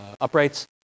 uprights